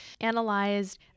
analyzed